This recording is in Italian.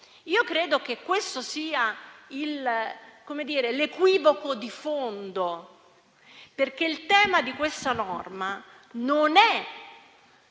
Io credo che questo sia l'equivoco di fondo, perché il tema di questa norma non è